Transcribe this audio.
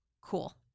Cool